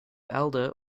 elder